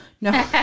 No